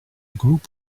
group